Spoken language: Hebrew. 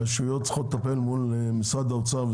הרשויות צריכות לטפל מול משרד האוצר,